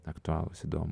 aktualūs įdomu